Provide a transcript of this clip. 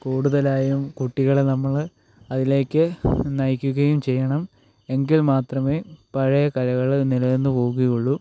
കൂടുതലായും കുട്ടികളെ നമ്മൾ അതിലേക്ക് നയിക്കുകയും ചെയ്യണം എങ്കിൽ മാത്രമേ പഴയ കലകൾ നിലനിന്നു പോവുകയുള്ളു